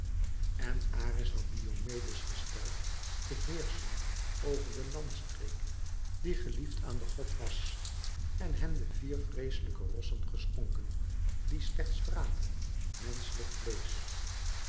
en ares had diomedes gesteld te heerschen over den landstreek die geliefd aan den god was en hem de vier vreeslijke rossen geschonken die slechts vraten menschelijk vleesch